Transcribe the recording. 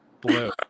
Blue